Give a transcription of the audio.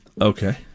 Okay